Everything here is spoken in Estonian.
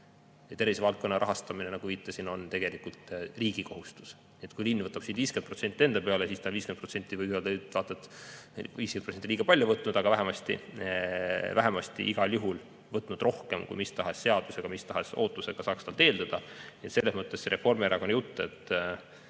Tervisevaldkonna rahastamine, nagu viitasin, on tegelikult riigi kohustus. Kui linn võtab siit 50% enda peale, siis see on vaata et liiga palju võetud, aga võtnud igal juhul rohkem, kui mis tahes seadusega, mis tahes ootusega saaks talt eeldada. Nii et selles mõttes Reformierakonna jutt, et